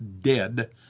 dead